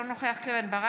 אינו נוכח קרן ברק,